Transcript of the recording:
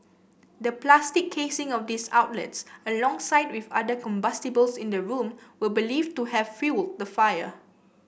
the plastic casing of these outlets alongside with other combustibles in the room were believed to have fuelled the fire